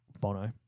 Bono